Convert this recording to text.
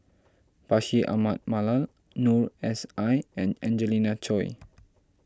Bashir Ahmad Mallal Noor S I and Angelina Choy